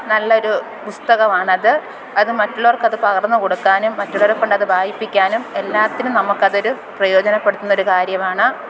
നല്ലൊരു പുസ്തകമാണത് അത് മറ്റുള്ളവർക്കത് പകർന്ന് കൊടുക്കാനും മറ്റുള്ളവരെ കൊണ്ടത് വായിപ്പിക്കാനും എല്ലാത്തിനും നമുക്കതൊരു പ്രയോജനപ്പെടുത്തുന്നൊരു കാര്യമാണ്